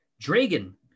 Dragon